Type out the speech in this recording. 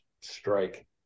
strike